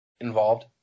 involved